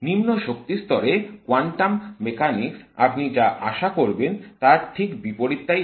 নিম্ন শক্তি স্তরে কোয়ান্টাম মেকানিক্স আপনি যা আশা করবেন তার ঠিক বিপরীতটাই দেয়